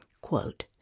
quote